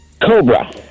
Cobra